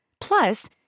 Plus